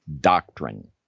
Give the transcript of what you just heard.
doctrine